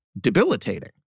debilitating